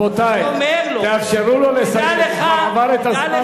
רבותי, תאפשרו לו לסיים, הוא כבר עבר את הזמן.